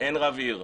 אין רב עיר,